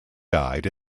died